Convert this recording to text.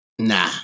Nah